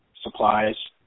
supplies